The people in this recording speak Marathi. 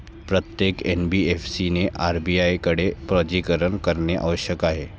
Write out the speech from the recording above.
प्रत्येक एन.बी.एफ.सी ने आर.बी.आय कडे पंजीकरण करणे आवश्यक आहे का?